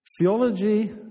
Theology